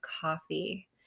coffee